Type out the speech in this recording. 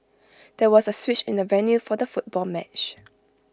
there was A switch in the venue for the football match